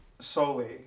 solely